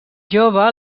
jove